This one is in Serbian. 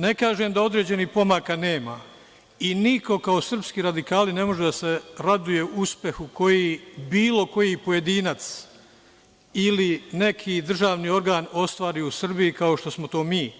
Ne kažem da određenih pomaka nema i niko kao srpski radikali ne može da se raduje uspehu koji bilo koji pojedinac ili neki državni organ ostvari u Srbiji, kao što smo to mi,